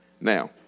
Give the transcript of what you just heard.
Now